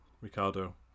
Ricardo